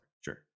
Sure